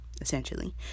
essentially